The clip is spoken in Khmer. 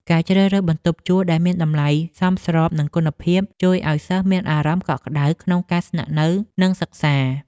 ការជ្រើសរើសបន្ទប់ជួលដែលមានតម្លៃសមស្របនឹងគុណភាព ជួយឱ្យសិស្សមានអារម្មណ៍កក់ក្តៅក្នុងការស្នាក់នៅនិងសិក្សា។